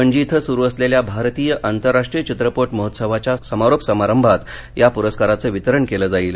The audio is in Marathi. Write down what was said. पणजी इथं सुरू असलेल्या भारतीय आंतरराष्ट्रीय चित्रपट महोत्सवाच्या समारोप समारंभात या पुरस्काराचं वितरण केलं जाईल